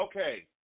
Okay